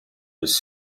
his